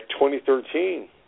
2013